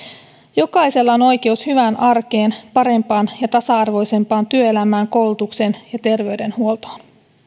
jokaisella on oikeus hyvään arkeen parempaan ja tasa arvoisempaan työelämään koulutukseen ja terveydenhuoltoon